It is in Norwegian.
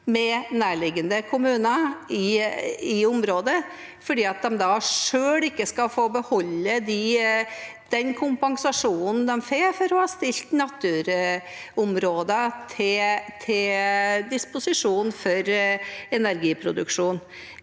med nærliggende kommuner i området – for at de selv ikke skal få beholde den kompensasjonen de får for å ha stilt naturområder til disposisjon for energiproduksjon.